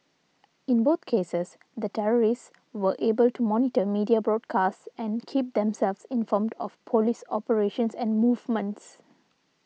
in both cases the terrorists were able to monitor media broadcasts and keep themselves informed of police operations and movements